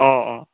অঁ অঁ